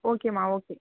ஓகேம்மா ஓகே